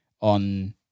on